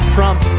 Trump